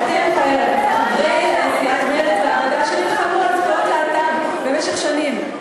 חברי סיעת מרצ והעבודה נלחמו על זכויות האדם במשך שנים,